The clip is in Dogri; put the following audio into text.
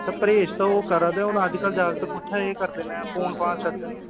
सर परहेज ते ओह् करा दे न हून अज्जकल जागत कुत्थै एह् करदे न फोन फान छड्डदे नी